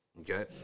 Okay